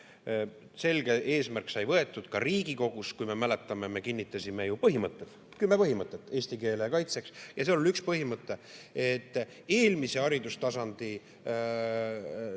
Selge eesmärk sai võetud ka Riigikogus. Me mäletame, et me kinnitasime ju põhimõtted, kümme põhimõtet eesti keele kaitseks. Seal oli üks põhimõte, et eelmisel haridustasandil